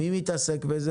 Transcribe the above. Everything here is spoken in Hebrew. מי מתעסק בזה?